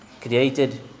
created